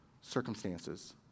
circumstances